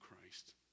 Christ